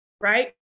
right